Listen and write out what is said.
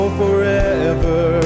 forever